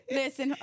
listen